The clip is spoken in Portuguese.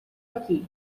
aqui